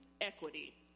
equity